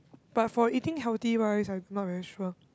but for eating healthy wise I not very sure